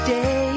Day